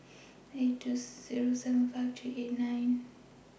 eight two Zero seven five three eight nine